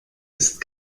isst